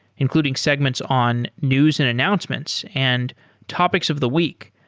including segments on news and announcements and topics of the week.